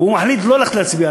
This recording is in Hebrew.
והוא מחליט לא ללכת להצביע,